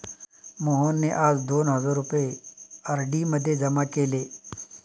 मोहनने आज दोन हजार रुपये आर.डी मध्ये जमा केले